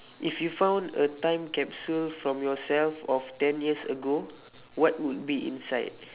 if you found a time capsule from yourself of ten years ago what would be inside